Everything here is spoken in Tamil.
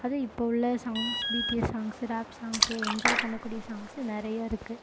அதுவும் இப்போ உள்ள songs BTS songs rap songs enjoy பண்ணக்கூடிய சாங்ஸு நிறைய இருக்குது